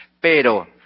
pero